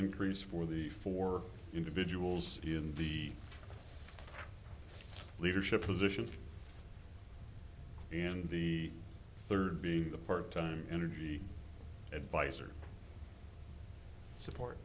increase for the four individuals in the leadership position in the third be a part time energy advice or support